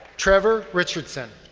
trevor richardson.